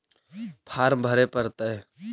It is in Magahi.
फार्म भरे परतय?